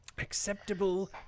Acceptable